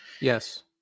Yes